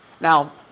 Now